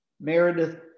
Meredith